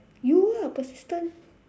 you ah persistent